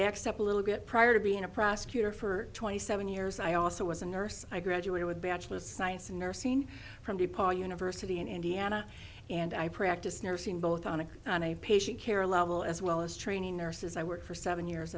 accept a little bit prior to being a prosecutor for twenty seven years i also was a nurse i graduated with a bachelor of science in nursing from de paul university in indiana and i practice nursing both on a patient care level as well as training nurses i worked for seven years